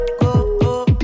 go